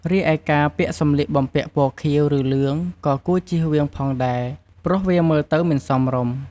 រីឯការពាក់សម្លៀកបំពាក់ពណ៌ខៀវ ឬលឿង ក៏គួរជៀសវាងផងដែរព្រោះវាមើលទៅមិនសមរម្យ។